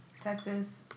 Texas